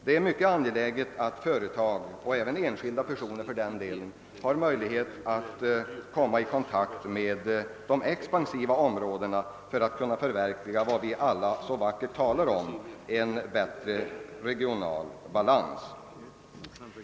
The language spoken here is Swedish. Det är mycket angeläget att företag, och även enskilda personer för den delen, har möjlighet att komma i kontakt med de expansiva områdena för att kunna förverkliga vad vi alla så vackert talar om, nämligen en bättre regional balans.